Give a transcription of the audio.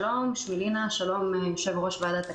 שלום, יושב-ראש ועדת הכנסת,